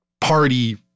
party